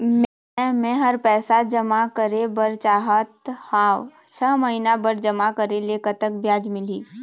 मे मेहर पैसा जमा करें बर चाहत हाव, छह महिना बर जमा करे ले कतक ब्याज मिलही?